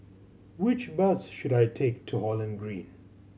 which bus should I take to Holland Green